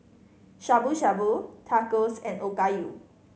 Shabu Shabu Tacos and Okayu